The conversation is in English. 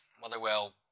Motherwell